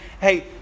hey